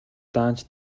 даанч